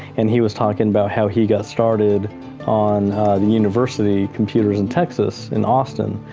and he was talking about how he got started on the university computers in texas, in austin.